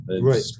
Right